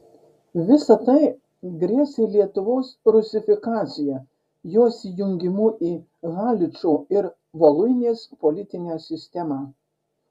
visa tai grėsė lietuvos rusifikacija jos įjungimu į haličo ir voluinės politinę sistemą